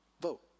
vote